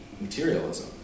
materialism